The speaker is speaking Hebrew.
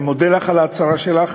אני מודה לך על ההצהרה שלך,